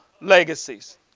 Legacies